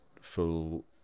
full